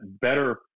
better